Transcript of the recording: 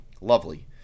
Lovely